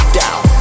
down